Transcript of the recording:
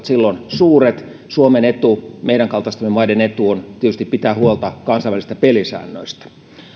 silloin suuret suomen etu meidän kaltaistemme maiden etu on tietysti pitää huolta kansainvälisistä pelisäännöistä